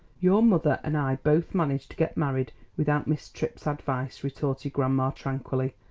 your mother and i both managed to get married without miss fripp's advice, retorted grandma tranquilly.